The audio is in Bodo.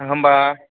होम्बा